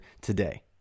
today